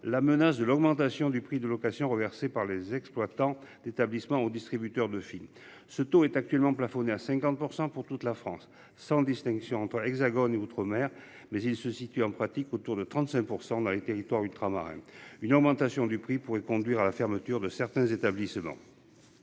la menace de l'augmentation du prix de location renversé par les exploitants d'établissements aux distributeurs de films, ce taux est actuellement plafonné à 50% pour toute la France, sans distinction entre l'Hexagone et outre-mer mais il se situe en pratique, autour de 35% dans les territoires ultramarins une augmentation du prix pourrait conduire à la fermeture de certains établissements.